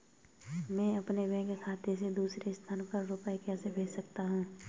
मैं अपने बैंक खाते से दूसरे स्थान पर रुपए कैसे भेज सकता हूँ?